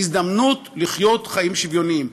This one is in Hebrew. הזדמנות לחיות חיים שוויוניים.